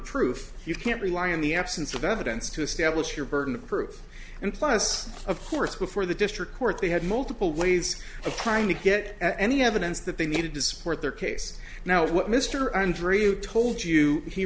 proof you can't rely on the absence of evidence to establish your burden of proof and plus of course before the district court they had multiple ways of trying to get any evidence that they needed to support their case now is what mr andrew told you he